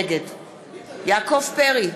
נגד יעקב פרי,